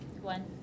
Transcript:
One